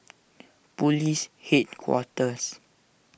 Police Headquarters